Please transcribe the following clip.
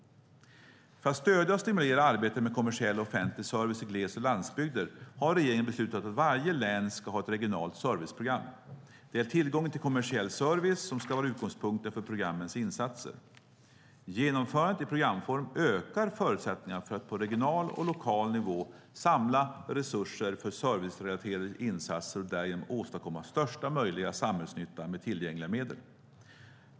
För att stödja och stimulera arbetet med kommersiell och offentlig service i gles och landsbygder har regeringen beslutat att varje län ska ha ett regionalt serviceprogram. Det är tillgången till kommersiell service som ska vara utgångspunkten för programmens insatser. Genomförandet i programform ökar förutsättningarna för att på regional och lokal nivå samla resurser för servicerelaterade insatser och därigenom åstadkomma största möjliga samhällsnytta med tillgängliga medel.